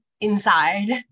inside